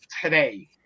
today